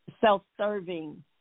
self-serving